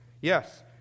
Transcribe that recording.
Yes